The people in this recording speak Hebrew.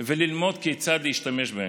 וללמוד כיצד להשתמש בהן.